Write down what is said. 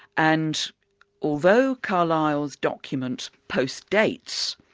and although carlyle's document post-gates,